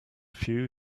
few